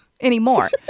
anymore